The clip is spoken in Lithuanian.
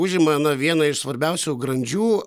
užima na vieną iš svarbiausių grandžių